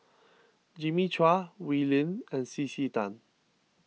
Jimmy Chua Wee Lin and C C Tan